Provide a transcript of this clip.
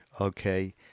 okay